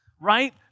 right